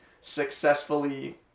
successfully